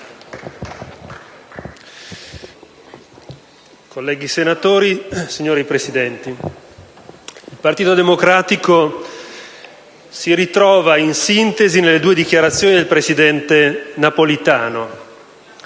il Partito Democratico si ritrova, in sintesi, nelle due dichiarazioni del presidente Napolitano.